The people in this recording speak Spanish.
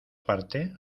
parte